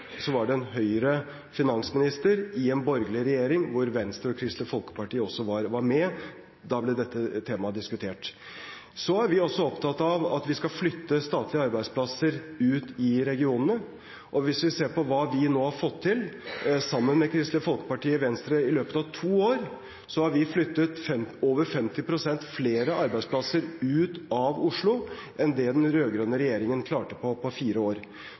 en Høyre-finansminister i en borgerlig regjering hvor Venstre og Kristelig Folkeparti også var med. Da ble dette temaet diskutert. Vi er også opptatt av at vi skal flytte statlige arbeidsplasser ut i regionene, og hvis vi ser på hva vi nå har fått til, sammen med Kristelig Folkeparti og Venstre, i løpet av to år, så har vi flyttet over 50 pst. flere arbeidsplasser ut av Oslo enn det den rød-grønne regjeringen klarte på fire år.